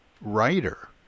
writer